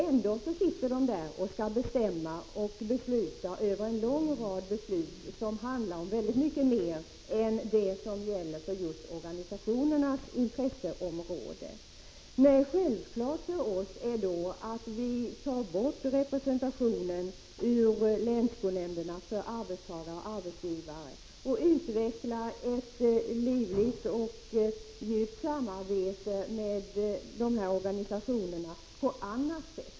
Ändå sitter de där och skall besluta i en lång rad frågor som handlar om väldigt mycket mer än det som gäller just organisationernas intresseområden. Nej, för oss är det självklart att vi tar bort representationen i länsskolnämnderna för arbetstagare och arbetsgivare och utvecklar ett livligt och djupt samarbete på annat sätt med de här organisationerna.